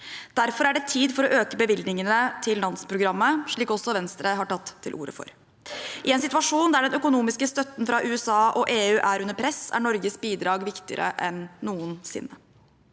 Derfor er det tid for å øke bevilgningene til Nansen-programmet, slik også Venstre har tatt til orde for. I en situasjon der den økonomiske støtten fra USA og EU er under press, er Norges bidrag viktigere enn noensinne.